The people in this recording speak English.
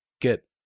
get